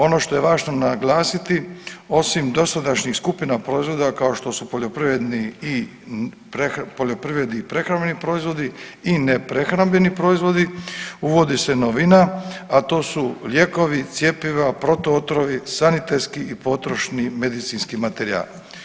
Ono što je važno naglasiti osim dosadašnjih skupina proizvoda kao što su poljoprivredni i prehrambeni proizvodi i ne prehrambeni proizvodi uvodi se novina, a to su lijekovi, cjepiva, protuotrovi, sanitetski i potrošni medicinski materijal.